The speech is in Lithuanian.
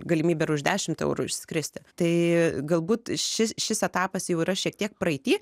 galimybė ir už dešimt eurų išskristi tai galbūt šis šis etapas jau yra šiek tiek praeity